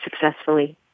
successfully